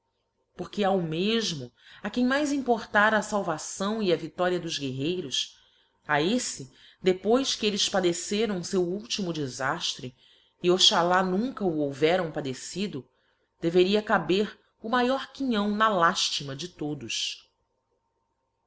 porque ao mefmo a quem mais importara a falvação e a viftona dos guerreiros a effe depois que elles padeceram fcu ultimo defaftre e oxalá nunca o houveram padecido deveria caber o maior quinhão na laftima de todos